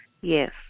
Yes